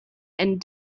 and